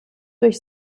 durch